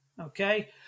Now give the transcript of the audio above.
Okay